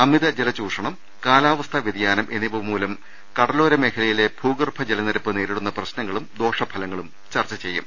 അമി തജല ചൂഷണം കാലാവസ്ഥാ വൃതിയാനം എന്നിവ മൂലം കടലോര മേഖലയിലെ ഭൂഗർഭ ജല നിരപ്പ് നേരിടുന്ന പ്രശ്നങ്ങളും ദോഷഫ ലങ്ങളും ചർച്ച ചെയ്യും